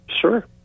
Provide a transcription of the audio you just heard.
sure